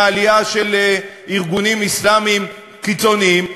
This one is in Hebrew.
הזהיר מהעלייה של ארגונים אסלאמיים קיצוניים,